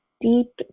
deep